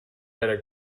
better